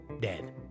dead